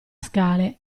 scale